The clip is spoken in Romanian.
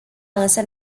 însă